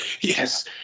Yes